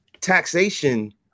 taxation